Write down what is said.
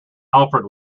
alfred